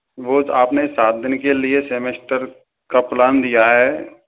वह आपने सात दिन के लिए सेमेस्टर का प्लान लिया है